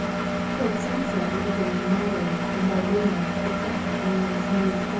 toward sunset it began to moderate and by midnight, except for a long, smooth swell,